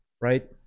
Right